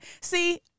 See